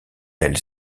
elle